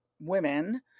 women